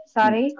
Sorry